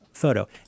photo